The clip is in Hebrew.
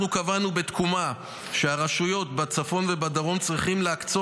אנחנו קבענו בתקומה שהרשויות בצפון ובדרום צריכות להקצות